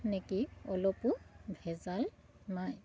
নেকি অলপো ভেজাল নায়